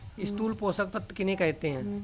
स्थूल पोषक तत्व किन्हें कहते हैं?